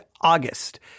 August